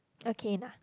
okay ah